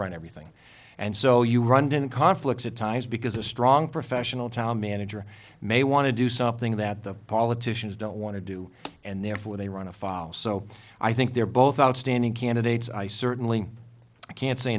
run everything and so you run conflicts at times because a strong professional town manager may want to do something that the politicians don't want to do and therefore they run a file so i think they're both outstanding candidates i certainly can't say